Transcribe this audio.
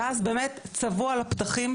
ואז המון מהאוכלוסייה צבאו על הפתחים,